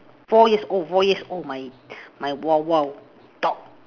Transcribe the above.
four years old four years old my my huahua dog